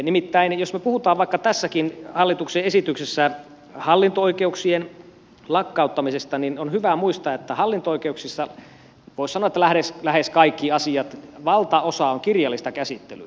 nimittäin jos me puhumme kuten vaikka tässäkin hallituksen esityksessä hallinto oikeuksien lakkauttamisesta on hyvä muistaa että hallinto oikeuksissa voisi sanoa lähes kaikki asiat valtaosa ovat kirjallista käsittelyä